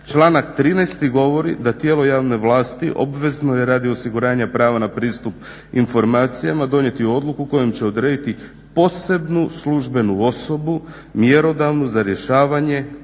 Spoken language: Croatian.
Članak 13.govori da tijelo javne vlasti obvezno je radi osiguranja prava na pristup informacijama donijeti odluku kojom će odrediti posebnu službenu osobu mjerodavnu za rješavanje